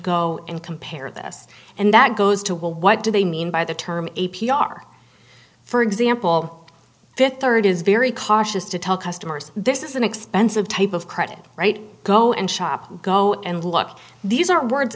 go and compare this and that goes to what do they mean by the term a p r for example fifth third is very cautious to tell customers this is an expensive type of credit right go and shop go and look these are wor